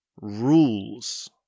rules